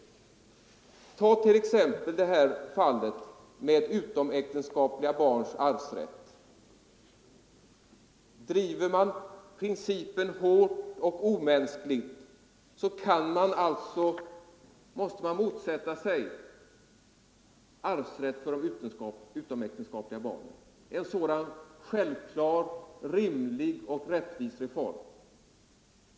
fallet med utomäktenskapliga barns arvsrätt. Driver man principen hårt och omänskligt måste man motsätta sig arvsrätt för utomäktenskapliga barn — en sådan självklar, rimlig och rättvis reform.